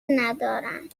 ندارن